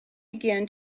again